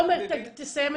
עומר, תסיים.